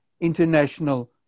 international